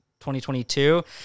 2022